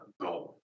goal